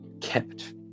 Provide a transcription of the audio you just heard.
kept